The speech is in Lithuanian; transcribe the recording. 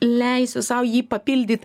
leisiu sau jį papildyt